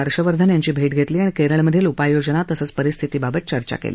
हर्षवर्धन यांची भेट घेतली आणि केरळमधील उपाययोजना तसंच परिस्थितीबाबत चर्चा केली